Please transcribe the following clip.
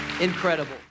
incredible